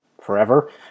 forever